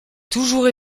toujours